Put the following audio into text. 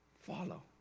follow